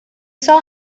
saw